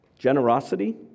Generosity